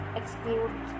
exclude